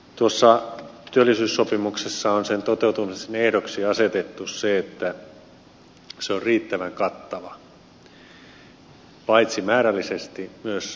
tuossa työllisyyssopimuksessa on sen toteutumisen ehdoksi asetettu se että se on riittävän kattava paitsi määrällisesti myös laadullisesti